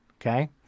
okay